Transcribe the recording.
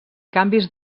canvis